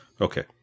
Okay